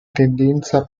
tendenza